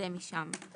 ונתקדם משם.